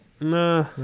Nah